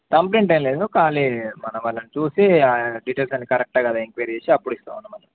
కంప్లైంట్య్యలేదు కాాళ మనం మళని చూసి ఆ ీటెయిల్స్ అన్ని కరెక్ట్గా కదా ఎన్క్వైీ చేసి అప్పు ఇస్తామన మనం